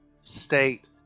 state